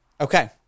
Okay